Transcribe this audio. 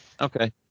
Okay